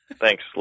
Thanks